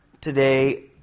today